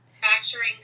manufacturing